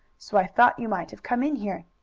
so i thought you might have come in here.